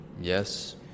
yes